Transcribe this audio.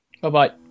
Bye-bye